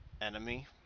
Enemy